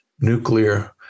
nuclear